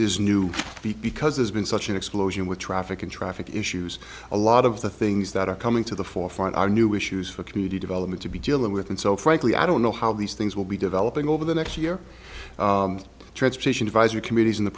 new because there's been such an explosion with traffic in traffic issues a lot of the things that are coming to the forefront are new issues for community development to be dealing with and so frankly i don't know how these things will be developing over the next year transportation advisory committees in the